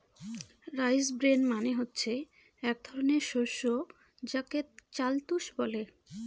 rice bran মানে হচ্ছে এক ধরনের শস্য যাকে চাল তুষ বলে